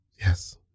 Yes